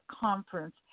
conference